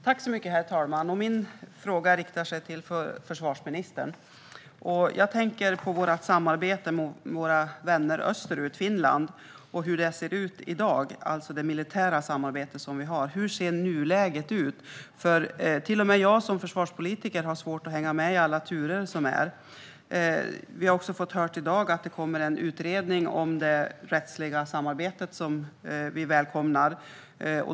Herr talman! Min fråga riktar sig till försvarsministern. Jag tänker på vårt militära samarbete med våra vänner österut, Finland, och hur det ser ut i dag. Hur ser nuläget ut? Till och med jag som försvarspolitiker har svårt att hänga med i alla turer. Vi har fått höra i dag att det kommer en utredning om det rättsliga samarbetet, vilket vi välkomnar.